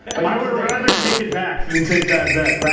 i would rather take it back than take that bet. yeah